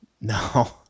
No